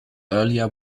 earlier